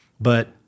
but-